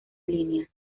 línea